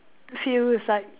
feels like